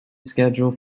schedule